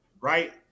right